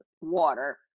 water